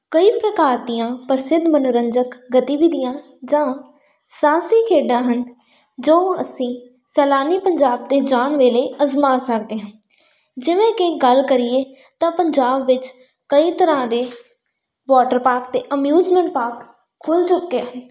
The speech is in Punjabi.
ਕਈ ਪ੍ਰਕਾਰ ਦੀਆਂ ਪ੍ਰਸਿੱਧ ਮਨੋਰੰਜਕ ਗਤੀਵਿਧੀਆਂ ਜਾਂ ਸਾਹਸੀ ਖੇਡਾਂ ਹਨ ਜੋ ਅਸੀਂ ਸੈਲਾਨੀ ਪੰਜਾਬ ਦੇ ਜਾਣ ਵੇਲੇ ਅਜ਼ਮਾ ਸਕਦੇ ਹਾਂ ਜਿਵੇਂ ਕਿ ਗੱਲ ਕਰੀਏ ਤਾਂ ਪੰਜਾਬ ਵਿੱਚ ਕਈ ਤਰ੍ਹਾਂ ਦੇ ਵੋਟਰ ਪਾਰਕ ਅਤੇ ਅਮਿਊਜਮੈਂਟ ਪਾਰਕ ਖੁੱਲ੍ਹ ਚੁੱਕੇ ਹਨ